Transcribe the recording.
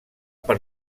per